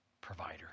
provider